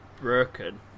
broken